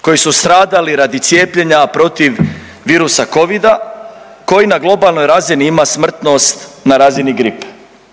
koji su stradali radi cijepljenja protiv virusa Covida koji na globalnoj razini ima smrtnost na razini gripe.